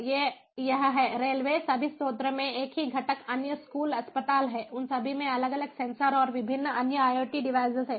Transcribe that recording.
ये यह है रेलवे सभी स्रोतों में एक ही घटक अन्य स्कूल अस्पताल हैं उन सभी में अलग अलग सेंसर और विभिन्न अन्य IoT डिवाइस हैं